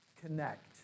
connect